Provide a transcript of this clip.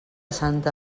santa